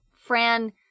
Fran